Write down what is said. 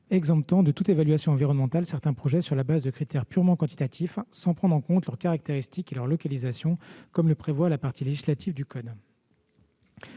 exemptant de toute évaluation environnementale certains projets sur la base de critères purement quantitatifs, sans prendre en compte leurs caractéristiques et leur localisation, comme le prévoit la partie législative du code.